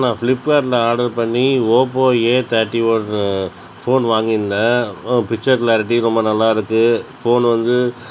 நான் ஃபிளிப்கார்ட்டில் ஆடர் பண்ணி ஓப்போ ஏ தேட்டி ஒன் ஃபோன் வாங்கியிருந்தேன் பிக்ச்சர் க்ளாரிட்டி ரொம்ப நல்லா இருக்குது ஃபோனு வந்து